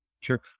Sure